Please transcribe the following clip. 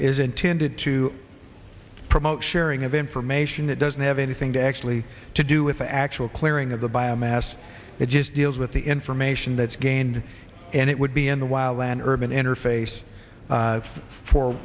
is intended to promote sharing of information that doesn't have anything to actually to do with the actual clearing of the biomass it just deals with the information that's gained and it would be in the wild land urban interface